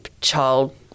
child